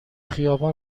خیابان